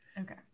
Okay